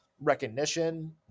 recognition